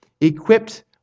equipped